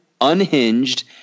unhinged